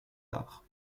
arts